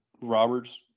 Roberts